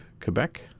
Quebec